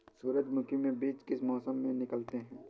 सूरजमुखी में बीज किस मौसम में निकलते हैं?